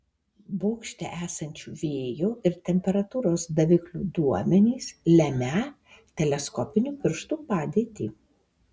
bokšte esančių vėjo ir temperatūros daviklių duomenys lemią teleskopinių pirštų padėtį